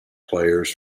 players